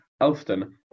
Elston